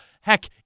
Heck